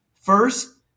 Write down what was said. first